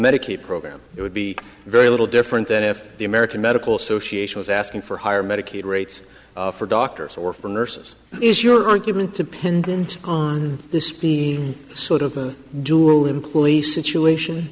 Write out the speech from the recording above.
medicaid program it would be very little different than if the american medical association was asking for higher medicaid rates for doctors or for nurses is your argument to pendent on this be sort of a dural employee situation